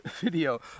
video